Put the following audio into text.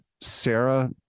Sarah